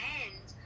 end